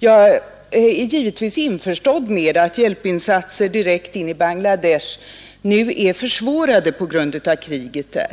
Jag är givetvis införstådd med att hjälpinsatser direkt in i Bangla Desh nu är försvårade på grund av kriget där.